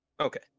Okay